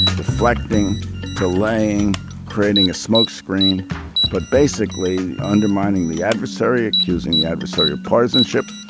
deflecting delaying creating a smokescreen but basically undermining the adversary accusing the adversary of partisanship